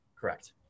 Correct